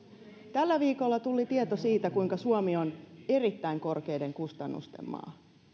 tällä viikolla tuli tieto siitä kuinka suomi on erittäin korkeiden kustannusten maa